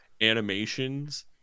animations